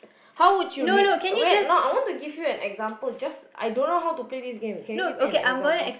how would you re~ wait now I want to give you an example just I don't know how to play this game okay give me an example